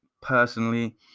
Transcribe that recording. personally